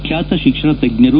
ಖ್ಯಾತ ಶಿಕ್ಷಣ ತಜ್ಞರು